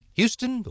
Houston